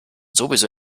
sowieso